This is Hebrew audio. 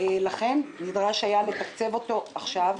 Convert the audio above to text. לכן נדרש היה לתקצב אותו עכשיו.